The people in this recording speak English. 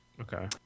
Okay